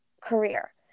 career